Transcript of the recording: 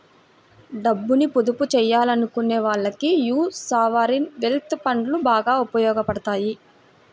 డబ్బుని పొదుపు చెయ్యాలనుకునే వాళ్ళకి యీ సావరీన్ వెల్త్ ఫండ్లు బాగా ఉపయోగాపడతాయి